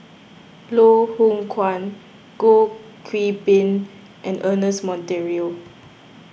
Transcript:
Loh Hoong Kwan Goh Qiu Bin and Ernest Monteiro